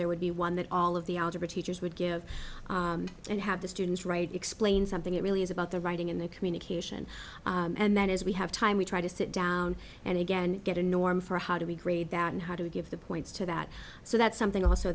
there would be one that all of the algebra teachers would give and have the students write explain something it really is about their writing in the communication and then as we have time we try to sit down and again get a norm for how do we grade that and how do we give the points to that so that's something also